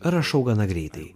rašau gana greitai